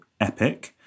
Epic